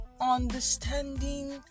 understanding